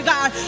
God